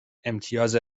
امتیاز